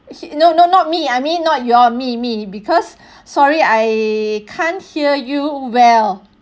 no no not me I mean not you all me me because sorry I can't hear you well